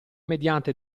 mediante